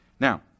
Now